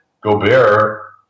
Gobert